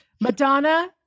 Madonna